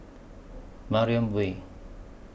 Mariam Way